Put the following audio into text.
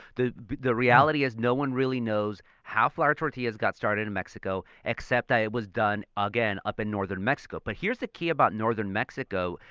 the the reality is no one really knows how flour tortillas got started in mexico except that it was done, again, up in northern mexico. but here's the key about northern mexico.